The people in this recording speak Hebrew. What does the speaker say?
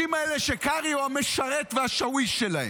האלה שקרעי הוא המשרת והשאוויש שלהם.